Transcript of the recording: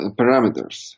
parameters